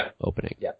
opening